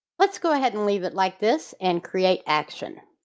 let's go ahead and leave it like this and create action.